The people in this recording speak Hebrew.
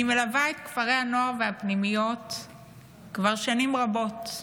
אני מלווה את כפרי הנוער והפנימיות כבר שנים רבות.